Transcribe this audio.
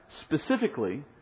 specifically